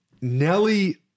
Nelly